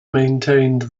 maintained